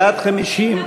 בעד, 50,